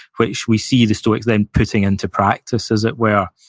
which we see the stoics then putting into practice, as it were.